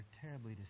terribly